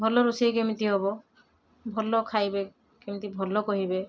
ଭଲ ରୋଷେଇ କେମିତି ହେବ ଭଲ ଖାଇବେ କେମିତି ଭଲ କହିବେ